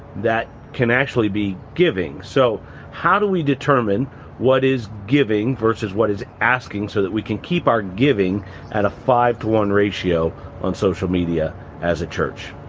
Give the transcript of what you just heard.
that can actually be giving. so how do we determine what is giving verus what is asking so that we can keep our giving at a five to one ratio on social media as a church?